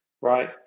right